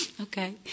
Okay